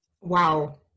wow